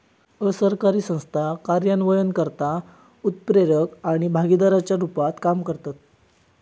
असरकारी संस्था कार्यान्वयनकर्ता, उत्प्रेरक आणि भागीदाराच्या रुपात काम करतत